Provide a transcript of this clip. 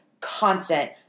constant